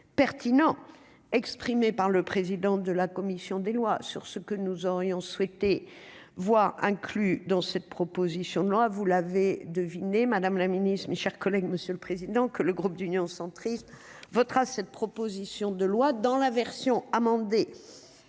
pertinent exprimée par le président de la commission des lois, sur ce que nous aurions souhaité voir inclus dans cette proposition de loi, vous l'avez deviné, Madame la Ministre, mes chers collègues, monsieur le Président, que le groupe d'union centriste votera cette proposition de loi dans la version amendée